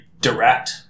direct